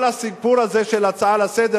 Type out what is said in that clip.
כל הסיפור הזה של הצעה לסדר,